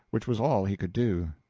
which was all he could do.